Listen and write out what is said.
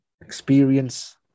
experience